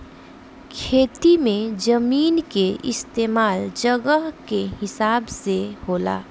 खेती मे जमीन के इस्तमाल जगह के हिसाब से होला